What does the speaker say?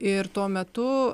ir tuo metu